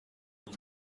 uyu